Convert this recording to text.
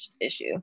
issue